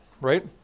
right